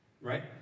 Right